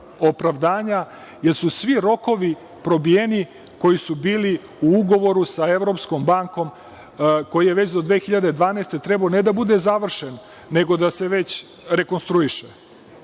opravdanje, jer su svi rokovi probijeni koji su bili u ugovoru sa Evropskom bankom, a koji je već do 2012. godine trebao ne da bude završen, nego da se već rekonstruiše.